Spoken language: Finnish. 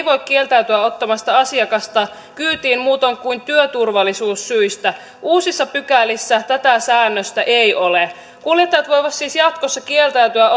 voi kieltäytyä ottamasta asiakasta kyytiin muutoin kuin työturvallisuussyistä uusissa pykälissä tätä säännöstä ei ole kuljettajat voivat siis jatkossa kieltäytyä